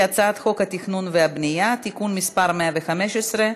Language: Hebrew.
הצעת חוק התכנון והבנייה (תיקון מס' 115),